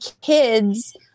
kids